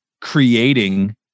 creating